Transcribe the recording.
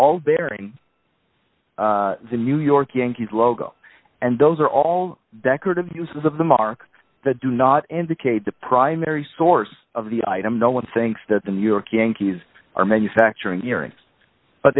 all bearing the new york yankees logo and those are all decorative uses of the mark that do not indicate the primary source of the item no one thinks that the new york yankees are manufacturing earrings but